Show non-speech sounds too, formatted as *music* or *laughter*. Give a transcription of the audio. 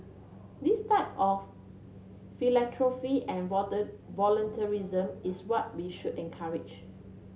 this type of philanthropy and *unintelligible* volunteerism is what we should encourage